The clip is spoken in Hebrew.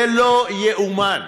זה לא יאומן,